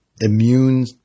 immune